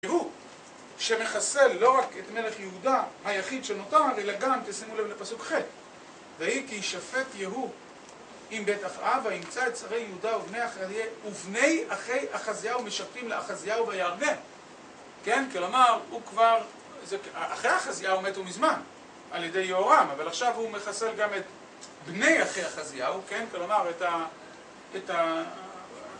יהוא שמחסל לא רק את מלך יהודה היחיד שנותר, אלא גם תשימו לב לפסוק חית ויהי כי שפט יהוא עם בית אחאב וימצא את שרי יהודה ובני אחי אחזיהו משפטים לאחזיהו בירדן כן כלומר אחי אחזיהו מתו מזמן על ידי יהורם אבל עכשיו הוא מחסל גם את בני אחי אחזיהו